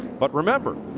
but remember,